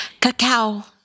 Cacao